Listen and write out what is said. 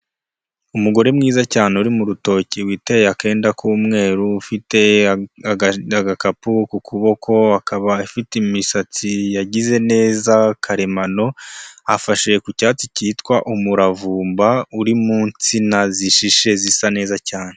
Umugore mwiza cyane uri mu rutoki witeye akenda k'umweru, ufite agakapu ku kuboko, akaba afite imisatsi yagize neza karemano, afashe ku cyatsi kitwa umuravumba uri munsi nsina zishishe zisa neza cyane.